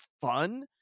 fun